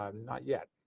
um not yet.